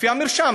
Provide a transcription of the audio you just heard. לפי המרשם.